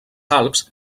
alps